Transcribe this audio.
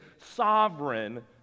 sovereign